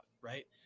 right